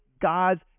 God's